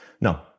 No